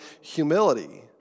humility